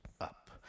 up